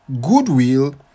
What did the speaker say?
goodwill